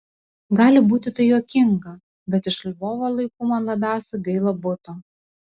gali būti tai juokinga bet iš lvovo laikų man labiausiai gaila buto